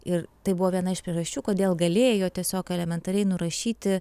ir tai buvo viena iš priežasčių kodėl galėjo tiesiog elementariai nurašyti